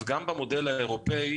אז גם במודל האירופאי,